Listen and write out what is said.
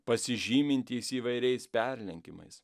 pasižymintys įvairiais perlenkimais